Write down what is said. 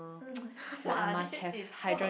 mm !wah! this is so